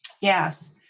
Yes